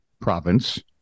province